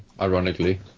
ironically